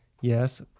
yes